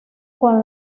con